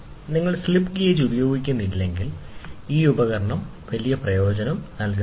നിങ്ങൾ slip gauge ഉപയോഗിക്കുന്നില്ലെങ്കിൽ ഈ ഉപകരണം വലിയ പ്രയോജനമല്ല